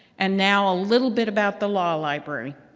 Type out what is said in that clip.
and now a little bit about the law library.